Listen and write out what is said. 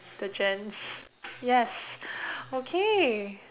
the gents yes okay